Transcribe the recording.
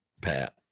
Pat